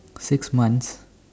six months